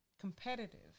Competitive